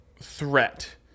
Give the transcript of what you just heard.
threat